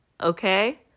okay